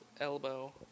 elbow